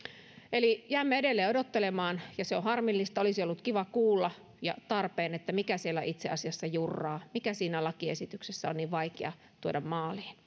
eli jäämme edelleen odottelemaan ja se on harmillista olisi ollut kiva ja tarpeen kuulla mikä siellä itse asiassa jurraa mikä siinä lakiesityksessä on niin vaikea tuoda maaliin